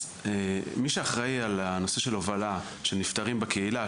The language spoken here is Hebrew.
אז מי שאחראי על הנושא של ההובלה של הנפטרים בקהילה,